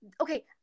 okay